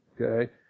okay